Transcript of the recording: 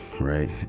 right